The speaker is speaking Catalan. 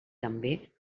també